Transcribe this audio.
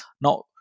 now